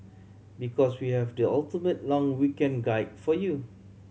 because we have the ultimate long weekend guide for you